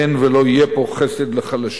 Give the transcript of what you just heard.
אין ולא יהיה פה חסד לחלשים.